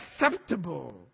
acceptable